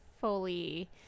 fully